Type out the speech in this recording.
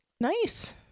Nice